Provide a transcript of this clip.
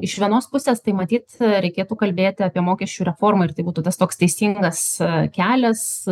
iš vienos pusės tai matyt reikėtų kalbėti apie mokesčių reformą ir tai būtų tas toks teisingas kelias